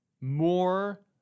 more